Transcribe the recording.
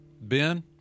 Ben